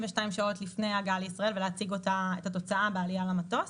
שעות לפני ההגעה לישראל ולהציג את התוצאה בעלייה למטוס.